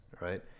right